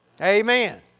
Amen